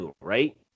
right